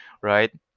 right